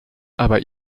aber